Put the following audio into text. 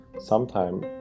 sometime